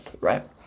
right